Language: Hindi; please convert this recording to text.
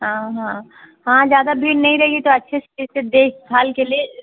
हाँ हाँ हाँ ज़्यादा भीड़ नहीं रहेगी तो अच्छे से ठीक से देख भाल के लिए